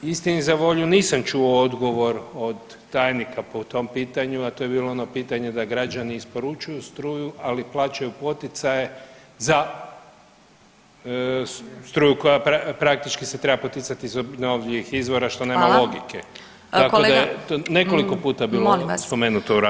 Istini za volju nisam čuo odgovor od tajnika po tom pitanju, a to je bilo ono pitanje da građani isporučuju struju, ali plaćaju poticaje za struju koja praktički se treba poticati iz obnovljivih izvora što nema logike tako da je nekoliko puta bilo spomenuto u raspravi.